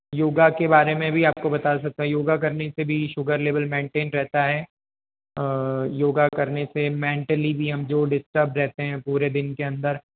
योगा के बारे में भी आपको बता सकता हूँ योगा करने से भी शुगर लेवल मेंनटेन रहता है योगा करने से मेंटली भी हम जो डिस्टर्ब रहते हैं पूरे दिन के अंदर